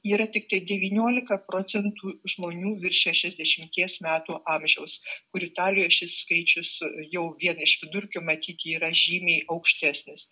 yra tik tai devyniolika procentų žmonių virš šešiasdešimties metų amžiaus kur italijoj šis skaičius jau vien iš vidurkių matyt yra žymiai aukštesnis